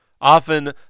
Often